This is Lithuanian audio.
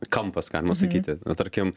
kampas galima sakyti na tarkim